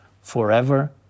forever